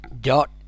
dot